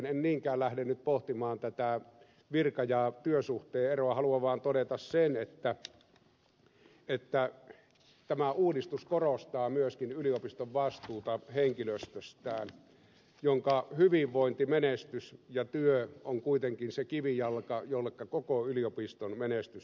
en niinkään lähde nyt pohtimaan tätä virka ja työsuhteen eroa haluan vaan todeta sen että tämä uudistus korostaa myöskin yliopiston vastuuta henkilöstöstään jonka hyvinvointi menestys ja työ on kuitenkin se kivijalka jolle koko yliopiston menestys perustuu